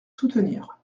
soutenir